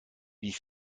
wie